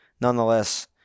nonetheless